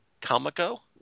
Comico